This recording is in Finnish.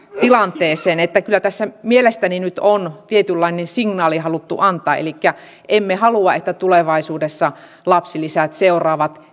tilanteeseen että kyllä tässä mielestäni nyt on tietynlainen signaali haluttu antaa elikkä se että emme halua että tulevaisuudessa lapsilisät seuraavat